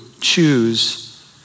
choose